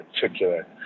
particular